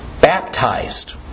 baptized